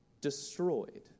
destroyed